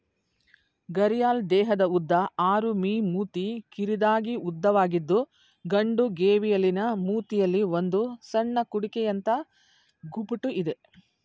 ಘರಿಯಾಲ್ ದೇಹದ ಉದ್ದ ಆರು ಮೀ ಮೂತಿ ಕಿರಿದಾಗಿ ಉದ್ದವಾಗಿದ್ದು ಗಂಡು ಗೇವಿಯಲಿನ ಮೂತಿಯಲ್ಲಿ ಒಂದು ಸಣ್ಣ ಕುಡಿಕೆಯಂಥ ಗುಬುಟು ಇದೆ